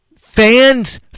fans